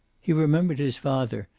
he remembered his father,